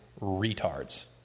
retards